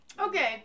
Okay